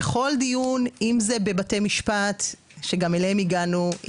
בכל דיון אם זה בבתי משפט שגם אליהם הגענו,